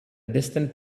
distant